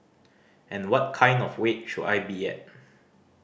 and what kind of weight should I be at